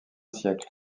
siècle